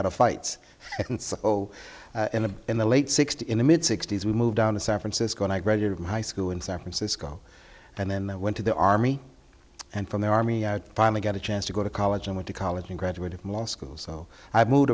out of fights oh and in the late sixty's in the mid sixty's we moved down to san francisco and i graduated high school in san francisco and then i went to the army and from the army i finally got a chance to go to college and went to college and graduated from law school so i moved